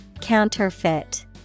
Counterfeit